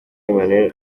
emmanuel